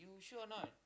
you sure or not